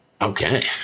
Okay